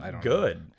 good